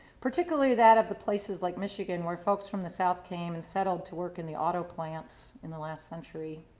particularly that of the places like michigan where folks from the south came and settled to work in the auto plants in the last century.